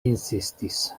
insistis